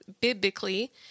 biblically